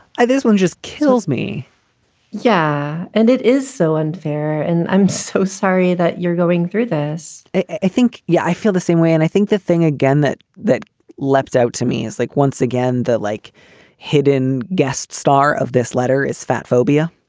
this one just kills me yeah, and it is so unfair. and i'm so sorry that you're going through this i think yeah, i feel the same way. and i think the thing again, that that leapt out to me is like once again, the like hidden guest star of this letter is fat phobia.